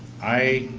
i